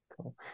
Cool